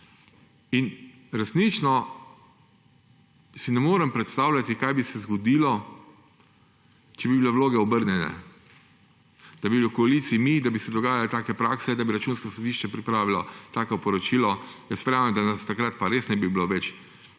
Resnično si ne morem predstavljati, kaj bi se zgodilo, če bi bile vloge obrnjene, če bi bili v koaliciji mi, če bi se dogajale take prakse, da bi Računsko sodišče pripravilo tako poročilo. Jaz verjamem, da nas takrat pa res ne bi bilo več